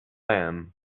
lamb